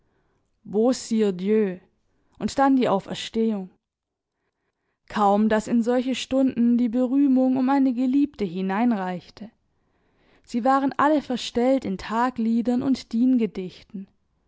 und dann die auferstehung kaum daß in solche stunden die berühmung um eine geliebte hineinreichte sie waren alle verstellt in tagliedern und